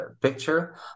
picture